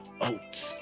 oats